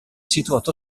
situato